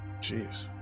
Jeez